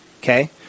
Okay